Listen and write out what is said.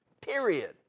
Period